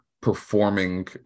performing